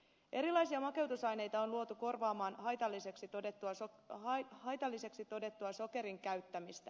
erilaisia makeutusaineita on luotu korvaamaan haitalliseksi todettua sokerin käyttämistä